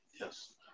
yes